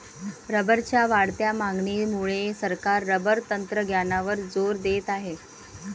रबरच्या वाढत्या मागणीमुळे सरकार रबर तंत्रज्ञानावर जोर देत आहे